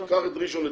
קח את ראשון לציון,